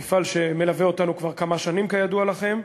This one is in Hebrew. מפעל שמלווה אותנו כבר כמה שנים, כידוע לכם.